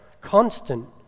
constant